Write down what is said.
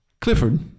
Clifford